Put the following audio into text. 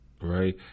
Right